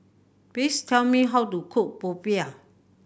please tell me how to cook popiah